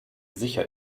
sicher